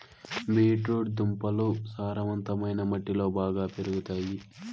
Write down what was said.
beat root దుంపలు సారవంతమైన మట్టిలో బాగా పెరుగుతాయి